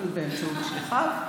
אבל באמצעות שליחיו.